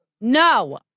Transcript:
No